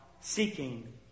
seeking